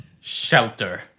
shelter